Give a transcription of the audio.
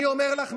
אני אומר לך,